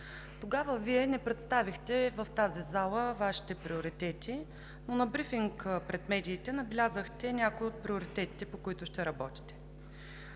Тогава Вие не представихте в тази зала Вашите приоритети, но на брифинг пред медиите набелязахте някои от приоритетите, по които ще работите.